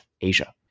Asia